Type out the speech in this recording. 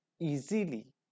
easily